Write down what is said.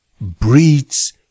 breeds